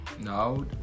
now